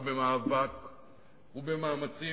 במאבק ובמאמצים,